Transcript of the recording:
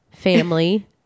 Family